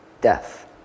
death